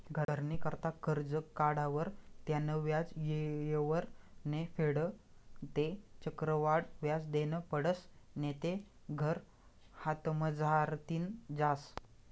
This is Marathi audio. घरनी करता करजं काढावर त्यानं व्याज येयवर नै फेडं ते चक्रवाढ व्याज देनं पडसं नैते घर हातमझारतीन जास